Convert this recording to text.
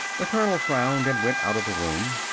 the colonel frowned and went out of the room.